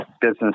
business